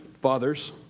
fathers